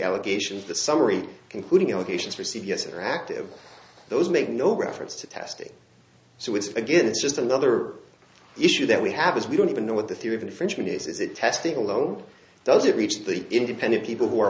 allegations the summary including allegations for c b s interactive those make no reference to testing so it's again it's just another issue that we have is we don't even know what the theory of infringement is is it testing alone does it reach the independent people who are